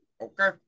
Okay